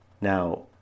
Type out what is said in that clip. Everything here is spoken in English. Now